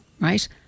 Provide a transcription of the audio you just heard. right